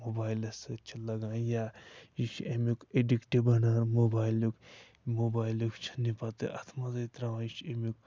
موبایلَس سۭتۍ چھِ لَگان یا یہِ چھِ اَمیُک اٮ۪ڈِکٹ بنان موبایلُک موبایلُک چھُنہٕ یہِ پَتہٕ اَتھٕ منٛزٕے ترٛاوان یہِ چھِ اَمیُک